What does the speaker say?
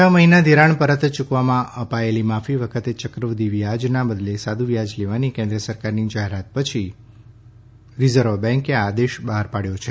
છ મહિના ધિરાણ પરત યૂકવવામાં અપાયેલી માફી વખતે ચક્રવૃદ્ધિ વ્યાજના બદલે સાદું વ્યાજ લેવાની કેન્દ્ર સરકારની જાહેરાત પછી રીઝર્વબેન્કે આ આદેશ બહાર પાડ્યો છે